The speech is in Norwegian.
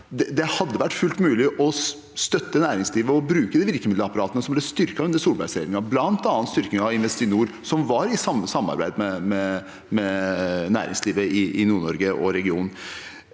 Det hadde vært fullt mulig å støtte næringslivet og bruke de virkemiddelapparatene som ble styrket under Solberg-regjeringen, bl.a. styrking av Investinor, som var i samarbeid med næringslivet i Nord-Norge og regionen.